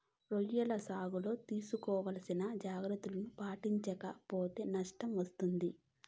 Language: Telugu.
రొయ్యల సాగులో తీసుకోవాల్సిన జాగ్రత్తలను పాటించక పోతే నష్టం వస్తాది